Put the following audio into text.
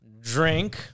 drink